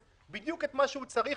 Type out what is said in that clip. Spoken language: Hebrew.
כן, בבקשה, תמשיך.